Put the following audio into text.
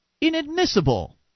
inadmissible